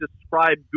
describe